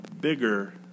bigger